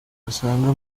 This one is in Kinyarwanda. wasanga